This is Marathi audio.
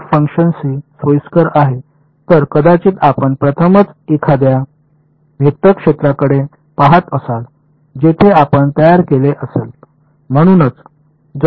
तर कदाचित आपण प्रथमच एखाद्या वेक्टर क्षेत्राकडे पहात असाल जेथे आपण तयार केले असेल